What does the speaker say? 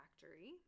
factory